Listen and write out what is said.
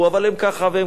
אמרתי: בכל זאת,